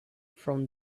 from